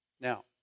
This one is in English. Now